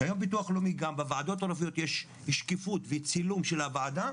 שיש ביטוח לאומי של הוועדות יש שקיפות וצילום של הועדה,